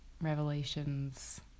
Revelations